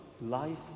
life